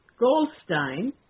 Goldstein